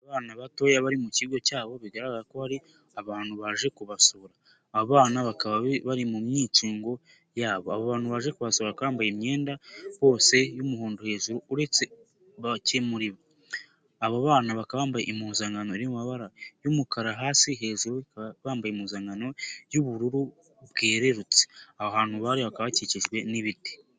Abana batoya bari mu kigo cyabo bigaragara ko hari abantu baje kubasura abo bana bari mu myicungo yabo abo bantu baje kubasura bakaba bambaye imyenda bose y'umuhondo hejuru uretse bake muri bo abo bana bakaba bambaye impuzankano iri mabara y'umukara hasi hejuru bambaye impuzankano y'ubururu bwerurutse aho hantu bari bakaba bakikijwe n'ibiti.